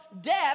death